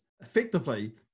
effectively